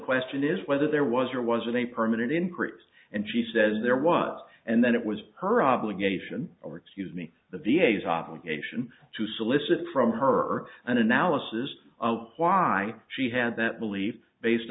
question is whether there was or wasn't a permanent increase and she says there was and then it was her obligation or excuse me the v a s obligation to solicit from her an analysis of why she had that belief based